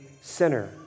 sinner